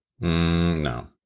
No